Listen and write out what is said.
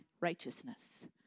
righteousness